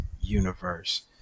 universe